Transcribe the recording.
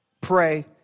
pray